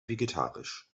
vegetarisch